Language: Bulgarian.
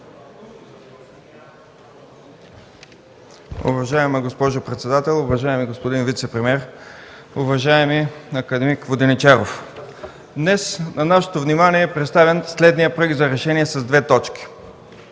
Уважаема госпожо председател, уважаеми господин вицепремиер, уважаеми акад. Воденичаров! Днес на нашето внимание е представен следният проект за решение с две точки